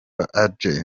adjei